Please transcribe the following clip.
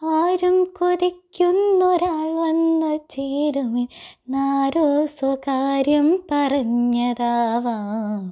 ആരും കൊതിക്കുന്നൊരാൾ വന്നു ചേരുമെന്ന് ആരോ സ്വകാര്യം പറഞ്ഞതാവാം